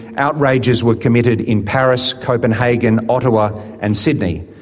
outrages were committed in paris, copenhagen, ottawa and sydney,